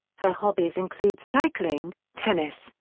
her hobbies include cycling, tennis,